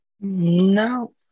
no